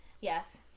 Yes